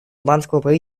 правительства